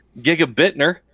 Gigabitner